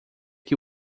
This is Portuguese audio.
que